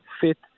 fit